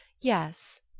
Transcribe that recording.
Yes